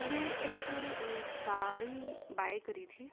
میں نے ایک ساڑی بائی کری تھی